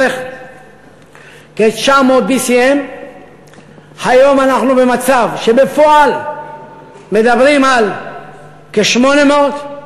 כ-900 BCM. היום אנחנו במצב שבפועל מדברים על כ-800.